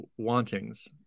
wantings